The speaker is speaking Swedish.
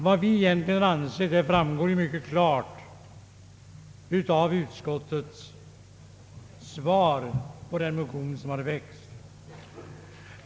Vad vi egentligen anser framgår klart av utskottets svar på de motioner som väckts.